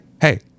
hey